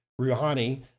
Rouhani